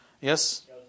yes